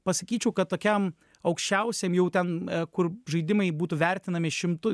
pasakyčiau kad tokiam aukščiausiam jau ten kur žaidimai būtų vertinami šimtu